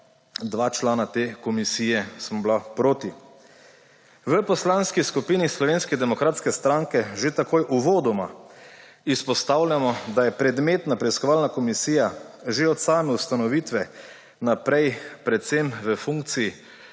dva člana te komisije sva bila proti. V Poslanski skupini Slovenske demokratske stranke že takoj uvodoma izpostavljamo, da predmetna preiskovalna komisija že od same ustanovitve naprej, predvsem v funkciji